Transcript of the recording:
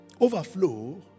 Overflow